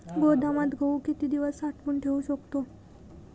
गोदामात गहू किती दिवस साठवून ठेवू शकतो?